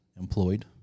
Employed